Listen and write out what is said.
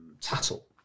Tattle